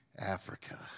Africa